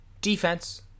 Defense